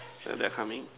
so they're coming